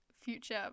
future